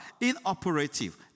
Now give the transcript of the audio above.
inoperative